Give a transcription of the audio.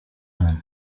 hano